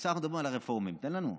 עכשיו אנחנו מדברים על הרפורמים, תן לנו.